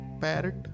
parrot